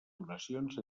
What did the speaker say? donacions